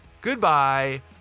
goodbye